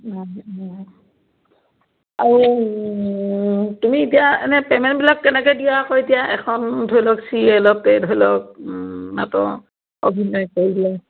আৰু তুমি এতিয়া এনেই পে'মেণ্টবিলাক কেনেকে দিয়া আকৌ এতিয়া এখন ধৰি লওক চিৰিয়লতে ধৰি লওক নাটক অভিনয় কৰিলে